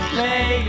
Play